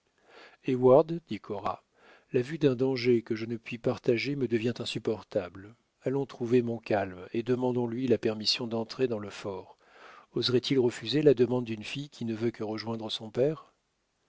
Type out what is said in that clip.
dit cora la vue d'un danger que je ne puis partager me devient insupportable allons trouver montcalm et demandons lui la permission d'entrer dans le fort oserait il refuser la demande d'une fille qui ne veut que rejoindre son père